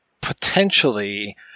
potentially